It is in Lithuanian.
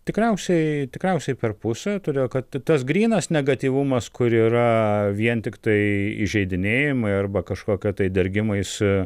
tikriausiai tikriausiai per pusę todėl kad tas grynas negatyvumas kur yra vien tiktai įžeidinėjimai arba kažkokie tai dergimaisi